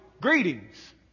greetings